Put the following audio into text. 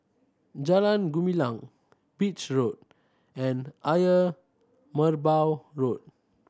Jalan Gumilang Beach Road and Ayer Merbau Road